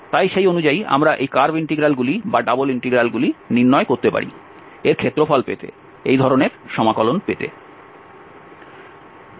তাই সেই অনুযায়ী আমরা এই কার্ভ ইন্টিগ্রালগুলি বা ডাবল ইন্টিগ্রালগুলি নির্ণয় করতে পারি এর ক্ষেত্রফল পেতে এই ধরনের সমাকলন পেতে